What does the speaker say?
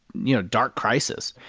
you know, dark crisis.